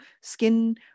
skin